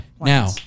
now